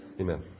Amen